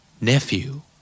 nephew